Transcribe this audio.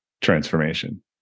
transformation